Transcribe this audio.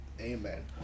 amen